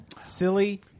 Silly